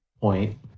point